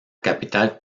capital